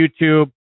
YouTube